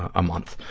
a month,